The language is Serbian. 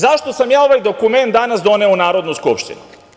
Zašto sam ja ovaj dokument danas doneo u Narodnu skupštinu?